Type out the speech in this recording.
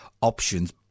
options